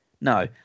No